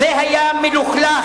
זה היה מלוכלך.